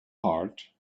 heart